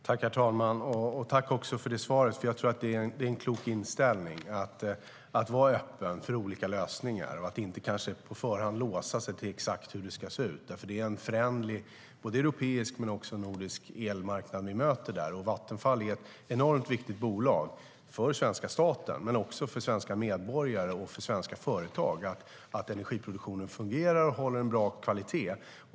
Herr talman! Tack för det svaret! Det är en klok inställning att vara öppen för olika lösningar och att inte på förhand låsa sig fast vid exakt hur det ska se ut. Det är en föränderlig både europeisk och nordisk elmarknad. Vattenfall är ett enormt viktigt bolag för svenska staten, men det är viktigt också för svenska medborgare och svenska företag att energiproduktionen fungerar och håller en bra kvalitet.